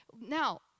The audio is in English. Now